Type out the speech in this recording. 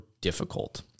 difficult